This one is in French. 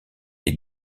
des